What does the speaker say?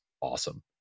awesome